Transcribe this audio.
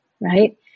Right